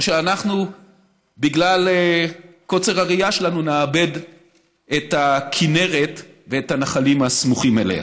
או שבגלל קוצר הראייה שלנו נאבד את הכינרת ואת הנחלים הסמוכים אליה.